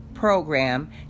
Program